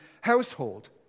household